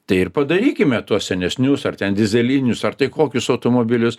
tai ir padarykime tuos senesnius ar ten dyzelinius ar tai kokius automobilius